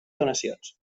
donacions